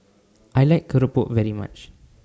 I like Keropok very much